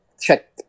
check